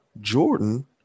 Jordan